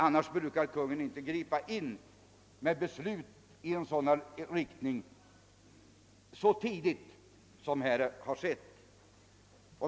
Annars brukar inte Kungl. Maj:t gripa in med beslut i en sådan riktning så tidigt som här har skett.